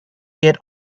get